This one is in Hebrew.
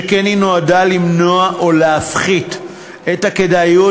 שכן היא נועדה למנוע או להפחית את הכדאיות